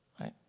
Right